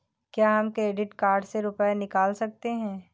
क्या हम credit card से रुपये निकाल सकते हैं?